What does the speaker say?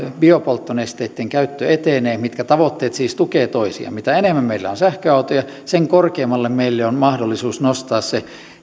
biopolttonesteitten käyttö etenevät mitkä tavoitteet siis tukevat toisiaan mitä enemmän meillä on sähköautoja sen korkeammalle meillä on mahdollisuus nostaa se